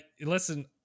listen